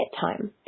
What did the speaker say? time